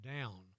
down